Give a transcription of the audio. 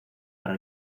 para